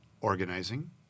organizing